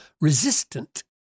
resistant